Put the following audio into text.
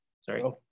Sorry